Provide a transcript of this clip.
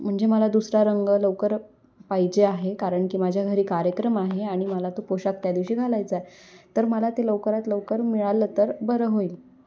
म्हणजे मला दुसरा रंग लवकर पाहिजे आहे कारण की माझ्या घरी कार्यक्रम आहे आणि मला तो पोशाख त्या दिवशी घालायचा आहे तर मला ते लवकरात लवकर मिळालं तर बरं होईल